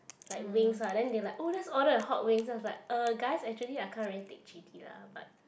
like wings lah then they like oh let's order a hot wings then I was like uh guys actually I can't really take chilli lah but